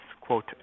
quote